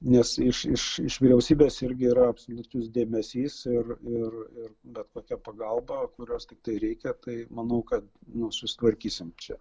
nes iš iš iš vyriausybės irgi yra absoliutus dėmesys ir ir ir bet kokia pagalba kurios tiktai reikia tai manau kad nu susitvarkysim čia